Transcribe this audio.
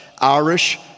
Irish